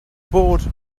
bored